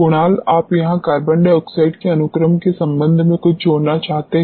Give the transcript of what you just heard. कुणाल आप यहां carbon dioxide के अनुक्रम के संबंध में कुछ जोड़ना चाहते हैं